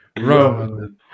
Roman